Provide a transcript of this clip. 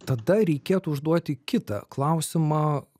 tada reikėtų užduoti kitą klausimą